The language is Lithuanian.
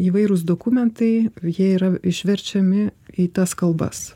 įvairūs dokumentai jie yra išverčiami į tas kalbas